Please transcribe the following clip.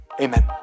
Amen